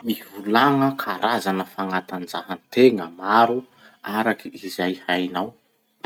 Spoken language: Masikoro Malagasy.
Mivolagna karazana fagnatanjahatena maro arak'izay hainao.